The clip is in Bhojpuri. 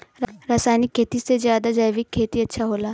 रासायनिक खेती से ज्यादा जैविक खेती अच्छा होला